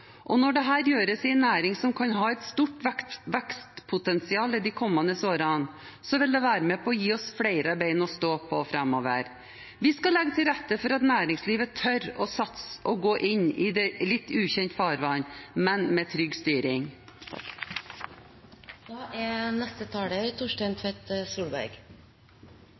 Når dette gjøres i en næring som kan ha et stort vekstpotensial i de kommende årene, vil det være med på å gi oss flere ben å stå på framover. Vi skal legge til rette for at næringslivet tør å satse og gå inn i litt ukjent farvann, men med trygg styring. Jeg vil som mange andre mene at dette er